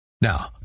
Now